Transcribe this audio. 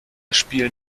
spielen